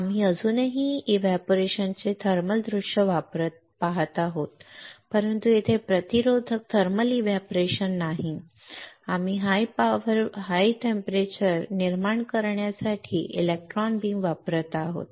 आम्ही अजूनही बाष्पीभवनाचे थर्मल दृश्य वापरत आहोत परंतु येथे ते प्रतिरोधक थर्मल एव्हपोरेशन नाही आम्ही हाई तापमान निर्माण करण्यासाठी इलेक्ट्रॉन बीम वापरत आहोत